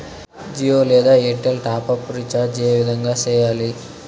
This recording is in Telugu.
జియో లేదా ఎయిర్టెల్ టాప్ అప్ రీచార్జి ఏ విధంగా సేయాలి